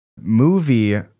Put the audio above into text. movie